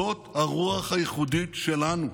זאת הרוח הייחודית שלנו.